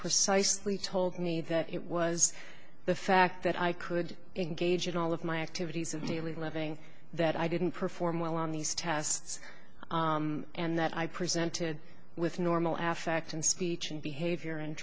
precisely told me that it was the fact that i could engage in all of my activities of daily living that i didn't perform well on these tests and that i presented with normal affectation speech and behavior and